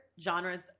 genres